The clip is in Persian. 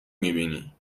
میبینی